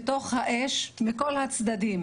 בתוך האש מכל הצדדים